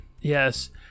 Yes